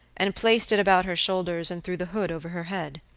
and placed it about her shoulders and threw the hood over her head.